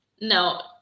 no